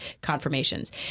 confirmations